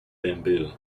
bamboo